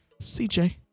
CJ